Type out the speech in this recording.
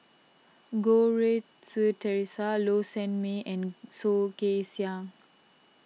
Goh Rui Si theresa Low Sanmay and Soh Kay Siang